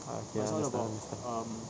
okay understand understand